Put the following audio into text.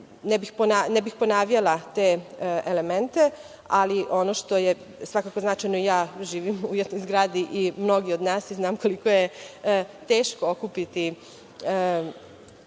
ne bih ponavljala te elemente, ali ono što je svakako značajno, ja živim u jednoj zgradi, kao i mnogi od nas i znam da je teško okupiti